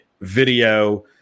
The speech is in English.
video